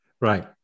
right